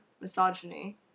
misogyny